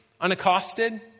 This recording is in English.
unaccosted